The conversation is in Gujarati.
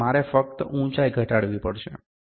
તેથી મારે ફક્ત ઉંચાઇ ઘટાડવી પડશે